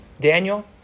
Daniel